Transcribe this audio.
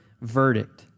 verdict